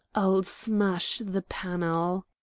i'll smash the panel.